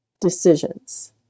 decisions